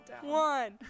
One